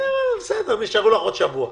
נשאר לך עוד שבוע.